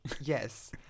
yes